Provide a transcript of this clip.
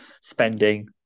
spending